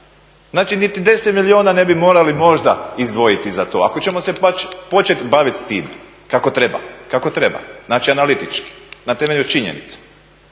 Znači niti 10 milijuna ne bi morali možda izdvojiti za to, ako ćemo se početi baviti s tim kako treba, znači analitički na temelju činjenica.